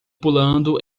pulando